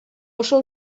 oso